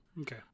Okay